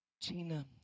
Gina